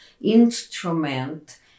instrument